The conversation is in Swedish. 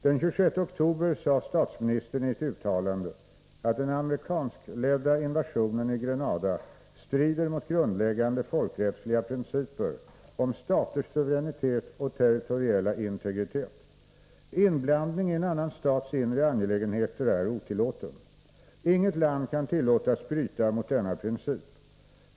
Den 26 oktober sade statsministern i ett uttalande att den amerikanskledda invasionen i Grenada strider mot grundläggande folkrättsliga principer om staters suveränitet och territoriella integritet. Inblandning i en annan stats inre angelägenheter är otillåten. Inget land kan tillåtas bryta mot denna princip.